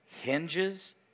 hinges